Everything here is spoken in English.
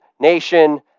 Nation